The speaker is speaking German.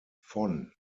von